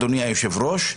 אדוני היושב-ראש,